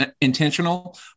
intentional